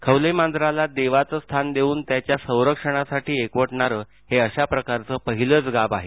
खवलेमांजराला देवाचं स्थान देऊन त्याच्या संरक्षणासाठी एकवटणारं हे अशा प्रकारचं पहिलंच गाव आहे